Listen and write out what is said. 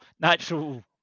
natural